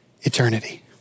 eternity